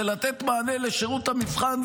זה לתת מענה לשירות המבחן,